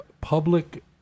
public